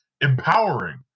empowering